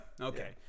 Okay